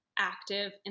active